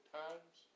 times